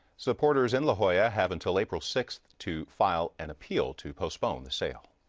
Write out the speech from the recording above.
supporters in la jolla have until april six to file an appeal to postpone the sale.